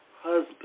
husband